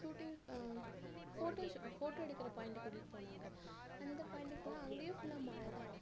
shooting photo shoot photo எடுக்கிற பாயிண்டுக்கு கூட்டிகிட்டு போனாங்க அந்த பாயிண்டுக்கு போனால் அங்கையும் ஃபுல்லாக மழை தான்